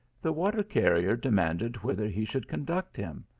the water-carrier de manded whither he should conduct him.